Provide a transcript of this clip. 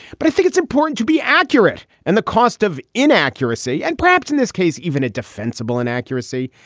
but i think it's important to be accurate. and the cost of inaccuracy and perhaps in this case even a defensible inaccuracy,